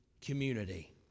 community